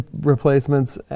replacements